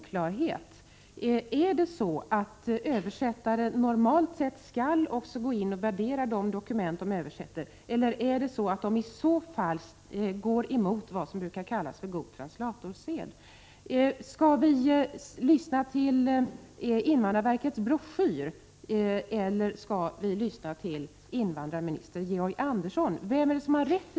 Herr talman! Det råder här en avsevärd oklarhet. Är det så att översättare normalt skall värdera de dokument de översätter, eller bryter de då mot vad som brukar kallas god translatorsed? Skall vi beakta invandrarverkets broschyr eller skall vi lyssna till invandrarminister Georg Andersson? Vem är det som har rätt?